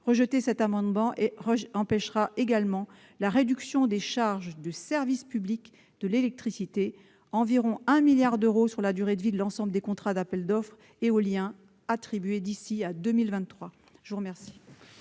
Rejeter cet amendement empêchera également la réduction des charges de service public de l'électricité, qui représentent environ 1 milliard d'euros sur la durée de vie de l'ensemble des contrats d'appels d'offres éoliens attribués d'ici à 2023. La parole